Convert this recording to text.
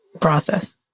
process